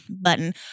button